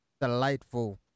delightful